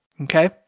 Okay